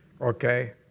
okay